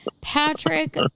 Patrick